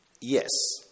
Yes